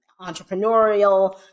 entrepreneurial